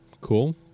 Cool